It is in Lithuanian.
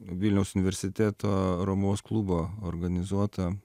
vilniaus universiteto romuvos klubo organizuota